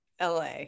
LA